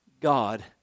God